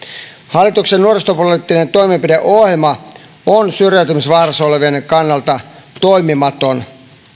hallituksen nuorisopoliittinen toimenpideohjelma on syrjäytymisvaarassa olevien kannalta toimimaton